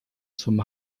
zum